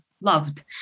loved